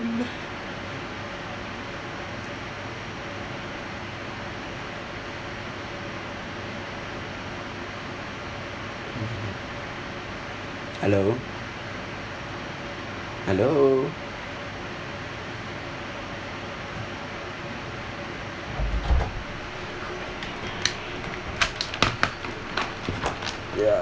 hello hello ya